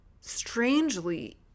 strangely